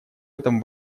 этом